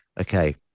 Okay